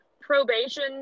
probation